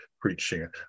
preaching